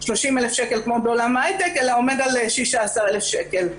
30,000 שקל כמו בעולם ההייטק אלא עומד על 16,000 שקל.